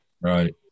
Right